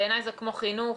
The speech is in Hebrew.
בעיניי זה כמו חינוך.